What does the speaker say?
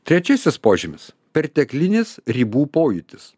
trečiasis požymis perteklinis ribų pojūtis